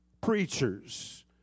preachers